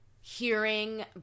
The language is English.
hearing